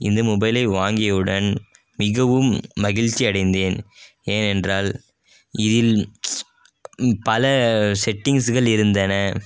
இந்த மொபைலை வாங்கியவுடன் மிகவும் மகிழ்ச்சி அடைந்தேன் ஏனென்றால் இதில் பல செட்டிங்ஸ்கள் இருந்தன